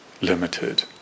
limited